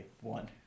one